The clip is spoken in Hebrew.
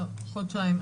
לא, חודשיים.